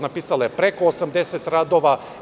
Napisala je preko 80 radova.